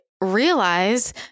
realize